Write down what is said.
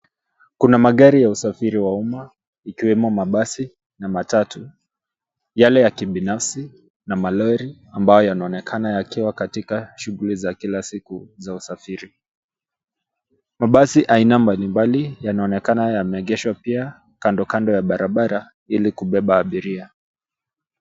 Kuna magari ya usafiri wa umma ikiwemo mabasi na matatu yale ya kibinafsi na malori ambayo yanaonekana yakiwa katika shughuli za kila siku za usafiri. Mabasi aina mbalimbali yanaonekana yameegeshwa pia kando kando ya barabara ili kubeba abiria.